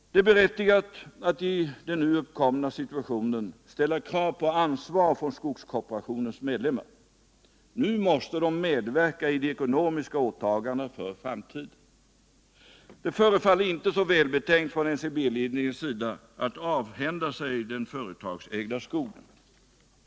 Det är berättigat att i den nu uppkomna situationen ställa krav på ansvar från skogskooperationens medlemmar. Nu måste de medverka i de ekonomiska åtagandena för framtiden. Det förefaller inte så välbetänkt av NCB ledningen att avhända sig den företagsägda skogen.